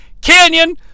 Canyon